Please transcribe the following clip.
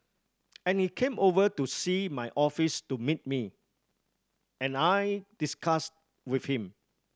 and he came over to see my office to meet me and I discussed with him